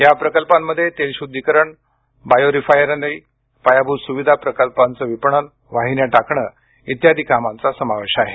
या प्रकल्पांमध्ये तेलशुद्धीकरण बायो रिफायनरी पायाभूत सुविधा प्रकल्पांचं विपणन वाहिन्या टाकणे इत्यादी कामांचा समावेश आहे